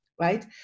Right